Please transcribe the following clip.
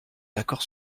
d’accord